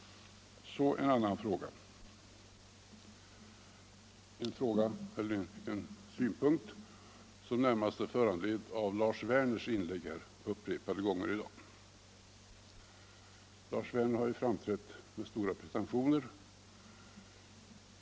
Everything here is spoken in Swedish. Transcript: Så en annan synpunkt som närmast är föranledd av vad Lars Werner sagt upprepade gånger i dag. Lars Werner har ju framträtt med stora pretentioner.